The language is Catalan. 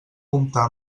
comptar